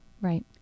Right